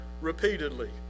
repeatedly